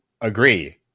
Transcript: agree